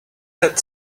had